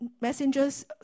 messengers